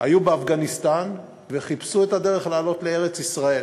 היו באפגניסטן וחיפשו את הדרך לעלות לארץ-ישראל,